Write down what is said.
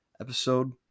episode